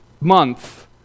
month